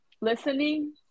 listening